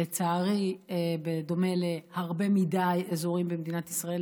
לצערי בדומה להרבה מדי אזורים במדינת ישראל,